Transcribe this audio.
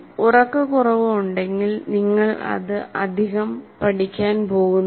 ഉറക്കക്കുറവ് ഉണ്ടെങ്കിൽ നിങ്ങൾ അത് അധികം പഠിക്കാൻ പോകുന്നില്ല